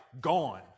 gone